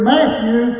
Matthew